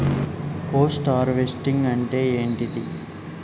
Post harvesting అంటే ఏంటిది?